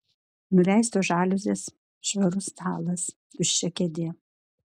nuleistos žaliuzės švarus stalas tuščia kėdė